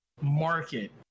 market